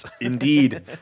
Indeed